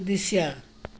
दृश्य